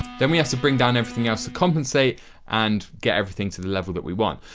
then we have to bring down everything else to compensate and get everything to the level that we want.